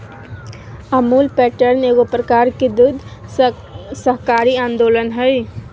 Amul pattern एगो प्रकार के दुग्ध सहकारी आन्दोलन हइ